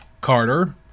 Carter